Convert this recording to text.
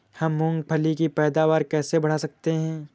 हम मूंगफली की पैदावार कैसे बढ़ा सकते हैं?